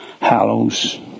Hallows